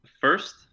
First